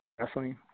wrestling